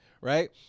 right